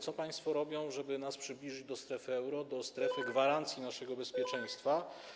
Co państwo robią, żeby przybliżyć nas do strefy euro, do strefy gwarancji naszego bezpieczeństwa?